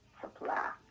supply